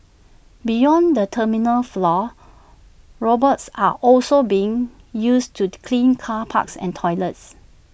beyond the terminal floors robots are also being used to clean car parks and toilets